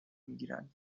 میگیرند